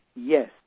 Yes